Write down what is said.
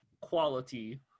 quality